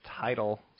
title